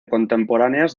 contemporáneas